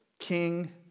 king